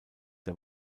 der